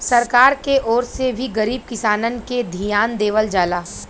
सरकार के ओर से भी गरीब किसानन के धियान देवल जाला